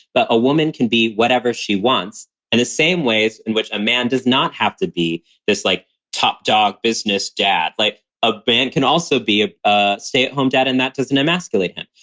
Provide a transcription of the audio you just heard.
but a woman can be whatever she wants in the same ways in which a man does not have to be this like top dog business dad, like a man can also be a a stay at home dad and that doesn't emasculate him.